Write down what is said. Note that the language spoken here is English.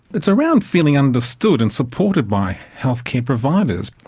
it's around feeling understood and supported by healthcare providers.